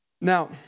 Now